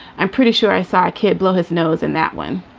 i'm pretty sure i saw a kid blow his nose in that one.